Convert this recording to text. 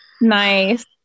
Nice